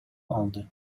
алды